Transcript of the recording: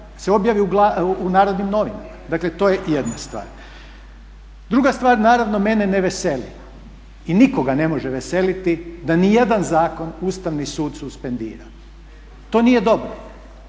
se objavi u Narodnim novinama. Dakle to je jedna stvar. Druga stvar, naravno mene ne veseli i nikoga ne može veseliti da ni jedan zakon Ustavni sud suspendira. To nije dobro,